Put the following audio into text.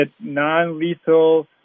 non-lethal